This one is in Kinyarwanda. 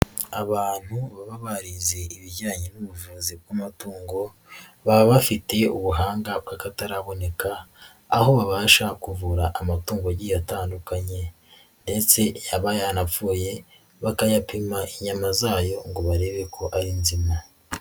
Abantu baba barize ibijyanye n'ubuvuzi bw'amatungo baba bafite ubuhanga bw'akataraboneka, aho babasha kuvura amatungo agiye atandukanye ndetse yaba yanapfuye bakayapima inyama zayo ngo barebe ko ari nzima.